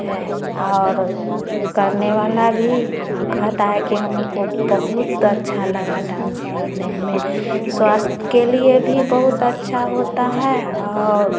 है और करने वाला भी कहता है कि हमको बहुत अच्छा लगा डांस करने में स्वास्थ्य के लिए भी बहुत अच्छा होता है और